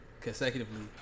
Consecutively